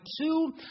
two